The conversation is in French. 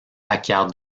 acquiert